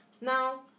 Now